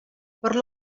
per